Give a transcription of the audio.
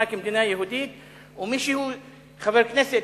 כמדינה יהודית או מי שהוא חבר כנסת,